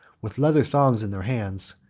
with leather thongs in their hands,